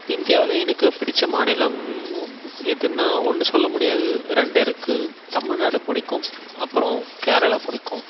இந்தியாவில் எனக்கு பிடித்த மாநிலம் எதுன்னா ஒன்று சொல்லமுடியாது ரெண்டு இருக்குது தமிழ்நாடு பிடிக்கும் அப்புறம் கேரளா பிடிக்கும்